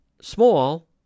small